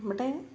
നമ്മുടെ